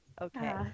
Okay